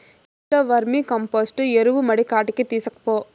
ఇంట్లో వర్మీకంపోస్టు ఎరువు మడికాడికి తీస్కపో